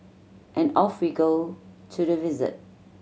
and off we go to the visit